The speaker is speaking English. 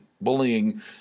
bullying